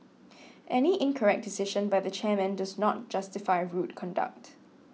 any incorrect decision by the chairman does not justify rude conduct